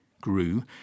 grew